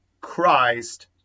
Christ